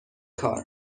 کار